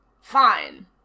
Fine